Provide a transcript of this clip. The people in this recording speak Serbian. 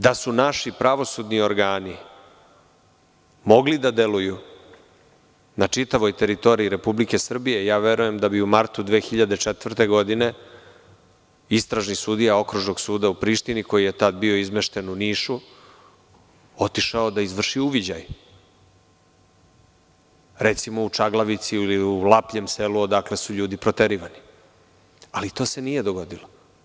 Da su naši pravosudni organi mogli da deluju na čitavoj teritoriji Republike Srbije, verujem da bi u martu 2004. godine istražni sudija okružnog suda u Prištini koji je tada bio izmešten u Nišu, otišao da izvrši uviđaj, recimo u Čaglavici, Lapljem selu, odakle su ljudi proterivani, ali to se nije dogodilo.